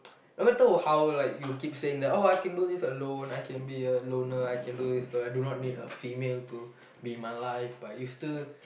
no matter how like you keep saying like that you can do this alone I can be a loner I can do this alone I do not need a female to be in my life but you still